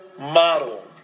model